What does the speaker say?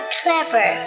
clever